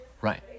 Right